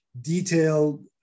detailed